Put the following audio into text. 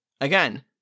Again